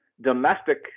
domestic